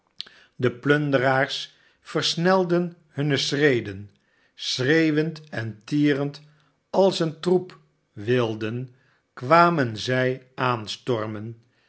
de plunderaars versnelden hunne schreden schreeuwend en tierend als een troep wilden kwamen zij aanstormen